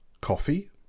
coffee